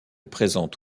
présente